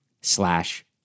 slash